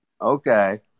Okay